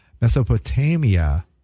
Mesopotamia